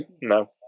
No